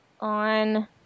on